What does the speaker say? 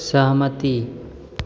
सहमति